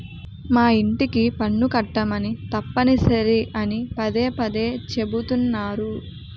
మా యింటికి పన్ను కట్టమని తప్పనిసరి అని పదే పదే చెబుతున్నారు